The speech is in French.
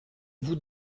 vous